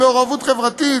מעורבות חברתית,